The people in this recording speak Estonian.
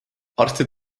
arstid